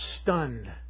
stunned